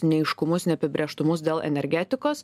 neaiškumus neapibrėžtumus dėl energetikos